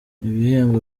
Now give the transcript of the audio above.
ibihembo